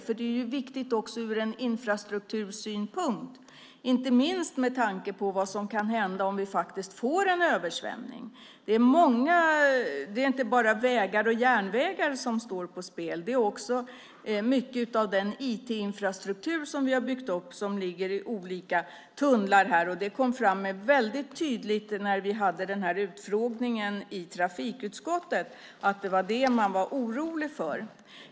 Det gäller också ur en infrastruktursynpunkt, inte minst med tanke på vad som kan hända om vi får en översvämning. Det är inte bara vägar och järnvägar som står på spel. Det är också mycket av den IT-infrastruktur som vi har byggt upp som ligger i olika tunnlar. Det kom fram väldigt tydligt när vi hade utfrågningen i trafikutskottet att det var vad man var orolig för.